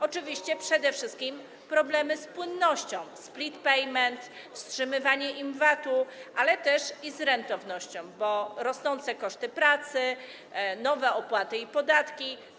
Oczywiście przede wszystkim problemy z płynnością, split payment, wstrzymywanie im VAT-u, ale też z rentownością, bo rosną koszty pracy, są nowe opłaty i podatki.